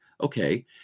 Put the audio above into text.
okay